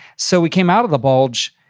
so we came out of the bulge,